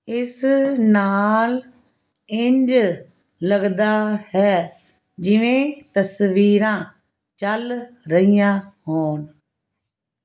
ਇਸ ਨਾਲ ਇੰਝ ਲੱਗਦਾ ਹੈ ਜਿਵੇਂ ਤਸਵੀਰਾਂ ਚੱਲ ਰਹੀਆਂ ਹੋਣ